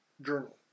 journal